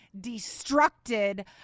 destructed